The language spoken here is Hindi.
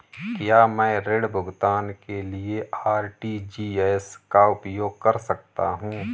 क्या मैं ऋण भुगतान के लिए आर.टी.जी.एस का उपयोग कर सकता हूँ?